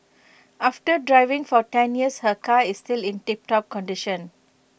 after driving for ten years her car is still in tiptop condition